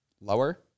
lower